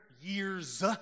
years